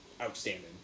outstanding